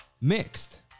mixed